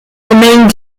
remained